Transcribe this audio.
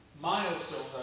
milestones